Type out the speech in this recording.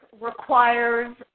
requires